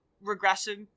regressive